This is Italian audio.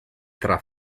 tra